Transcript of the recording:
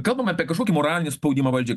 kalbam apie kažkokį moralinį spaudimą valdžiai